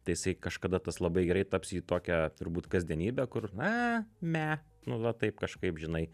tai jisai kažkada tas labai gerai taps į tokią turbūt kasdienybę kur na me nu va taip kažkaip žinai